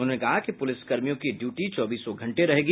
उन्होंने कहा कि पुलिस कर्मियों की ड्यूटी चौबीसों घंटे रहेगी